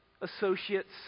associates